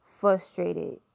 Frustrated